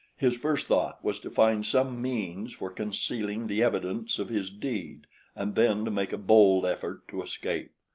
his first thought was to find some means for concealing the evidence of his deed and then to make a bold effort to escape.